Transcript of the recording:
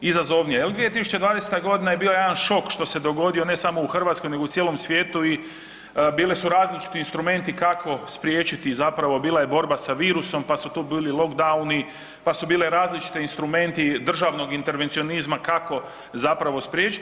Izazovnija, jer 2020. g. je bila jedan šok što se dogodio, ne samo u Hrvatskoj nego i u cijelom svijetu i bili su različiti instrumenti kako spriječiti zapravo bila je borba sa virusom pa su tu bili lockdown, pa su bile različiti instrumenti državnog intervencionizma kako zapravo spriječiti.